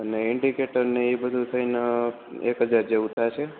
અને એન્ટીગેટર ને ઇ બધુ થઈ ને એક હજાર જેવુ થાસે